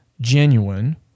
genuine